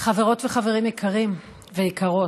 חברות וחברים יקרים ויקרות,